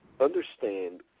understand